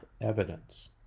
evidence